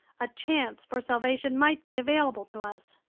a chance for salvation might be available to us.